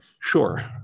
Sure